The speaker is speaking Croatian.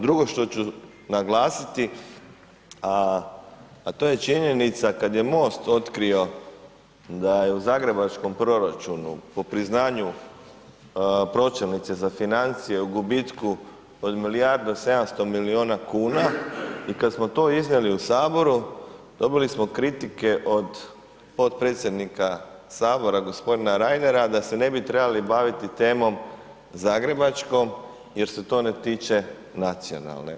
Drugo što ću naglasiti a to je činjenica da kad je MOST otkrio da je u zagrebačkom proračunu po priznanju pročelnice za financije u gubitku od milijardu i 700 milijuna kuna i kad smo to iznijeli u Saboru, dobili smo kritike od potpredsjednika Sabora g. Reinera da se ne bi trebali baviti temom zagrebačkom jer se to ne tiče nacionalne.